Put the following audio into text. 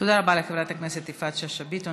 תודה רבה לחברת הכנסת יפעת שאשא ביטון.